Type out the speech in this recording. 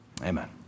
Amen